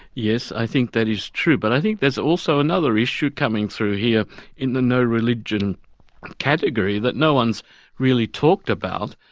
yes, i think that is true, but i think there's also another issue coming through here in the no-religion category, that no one's really talked about,